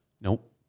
Nope